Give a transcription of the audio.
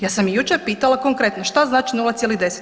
Ja sam i jučer pitala konkretno, šta znači 0,10?